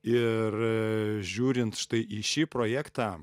ir žiūrint štai į šį projektą